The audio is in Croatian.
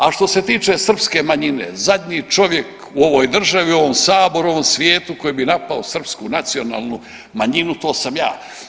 A što se tiče srpske manjine, zadnji čovjek u ovoj državi, u ovom Saboru, u ovom svijetu koji bi napao srpsku nacionalnu manjinu to sam ja.